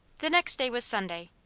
the next day was sunday.